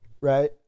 right